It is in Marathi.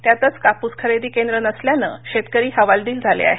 त्यातच कापूस खरेदी केंद्र नसल्यानं शेतकरी हवालदिल झाले आहेत